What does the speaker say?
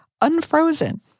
unfrozen